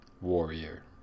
Warrior